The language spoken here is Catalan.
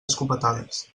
escopetades